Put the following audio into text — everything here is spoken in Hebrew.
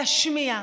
להשמיע,